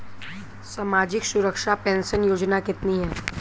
सामाजिक सुरक्षा पेंशन योजना कितनी हैं?